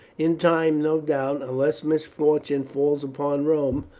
in time, no doubt, unless misfortunes fall upon rome,